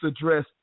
address